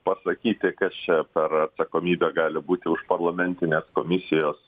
pasakyti kas čia per atsakomybė gali būti už parlamentinės komisijos